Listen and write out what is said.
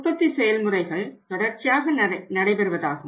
உற்பத்தி செயல்முறைகள் தொடர்ச்சியாக நடைபெறுவதாகும்